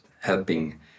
helping